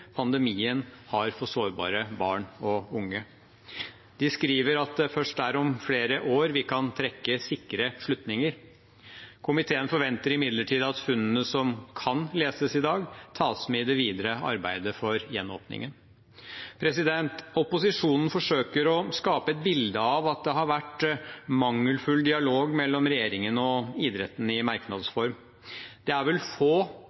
pandemien har for sårbare barn og unge. De skriver at det først er om flere år vi kan trekke sikre slutninger. Komiteen forventer imidlertid at funnene som kan leses i dag, tas med i det videre arbeidet for gjenåpningen. Opposisjonen forsøker i merknads form å skape et bilde av at det har vært mangelfull dialog mellom regjeringen og idretten. Det er vel få,